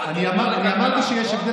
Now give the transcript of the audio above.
אני אמרתי שיש הבדל,